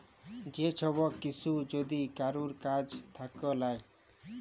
যে সব কিসু যদি কারুর কাজ থাক্যে লায়